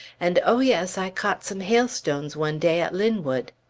and oh, yes! i caught some hail-stones one day at linwood!